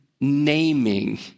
naming